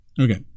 Okay